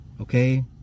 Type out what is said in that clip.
okay